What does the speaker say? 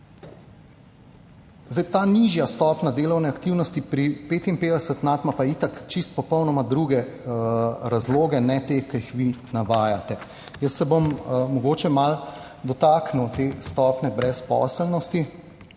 Ta nižja stopnja delovne aktivnosti pri 55 nad ima pa itak popolnoma druge razloge, ne teh, ki jih vi navajate. Jaz se bom mogoče malo dotaknil te stopnje brezposelnosti,